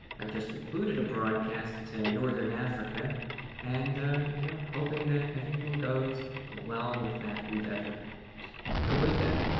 i've just included a broadcast to northern africa and you know hoping that everything goes well with that endeavor so with that,